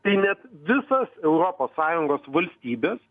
tai net visas europos sąjungos valstybės